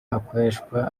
akoreshwa